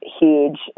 huge